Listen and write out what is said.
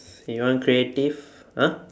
you want creative !huh!